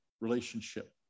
relationship